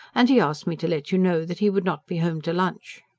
and he asked me to let you know that he would not be home to lunch.